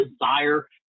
desire